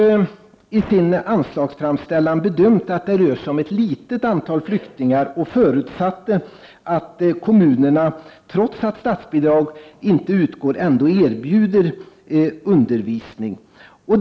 SÖ bedömde i sin anslagsframställning att det rör sig om ett litet antal flyktingar och förutsatte att kommunerna, trots att statsbidrag inte utgår, ändå erbjuder undervisning.